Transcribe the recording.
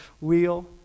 wheel